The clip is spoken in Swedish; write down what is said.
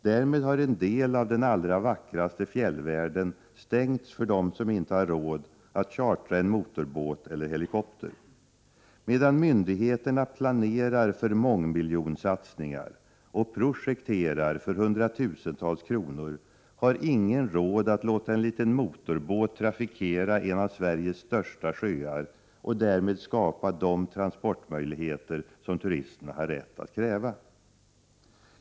Därmed är en del av den allra vackraste fjällvärlden stängd för dem som inte har råd att chartra en motorbåt eller en helikopter. Medan myndigheterna planerar för mångmiljonsatsningar och projekterar för hundratusentals kronor har ingen råd att låta en liten motorbåt trafikera en av Sveriges största sjöar, och därmed skapa de transportmöjligheter som turisterna har rätt att kräva.